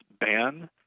ban